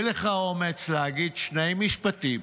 אין לך אומץ להגיד שני משפטים,